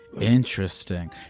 Interesting